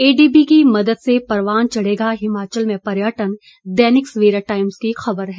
ADB की मदद से परवान चढ़ेगा हिमाचल में पर्यटन दैनिक सवेरा टाइम्स की खबर है